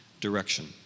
direction